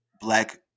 black